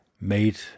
made